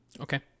Okay